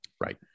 right